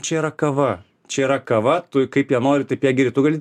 čia yra kava čia yra kava tu kaip ją nori taip ją geri tu gali